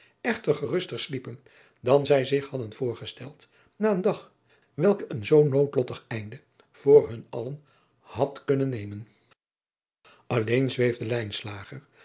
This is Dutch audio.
echter geruster sliepen dan zij zich hadden voorgesteld na een dag welke een zoo noodlottig einde voor hun allen had kunnen nemen driaan oosjes zn et leven